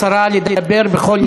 מותר לשרה לדבר בכל נושא שהיא רוצה.